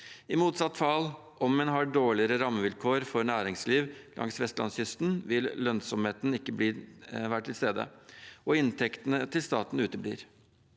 I motsatt fall, om en har dårligere rammevilkår for næringsliv langs vestlandskysten, vil lønnsomheten ikke være til stede, og inntektene til staten uteblir.